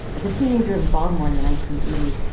as a teenager in baltimore in the nineteen eighty s,